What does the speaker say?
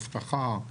אבטחה.